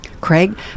Craig